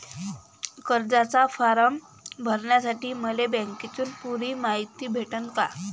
कर्जाचा फारम भरासाठी मले बँकेतून पुरी मायती भेटन का?